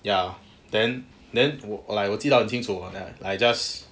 ya then then like 我记得很清楚 like just